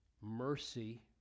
mercy